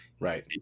right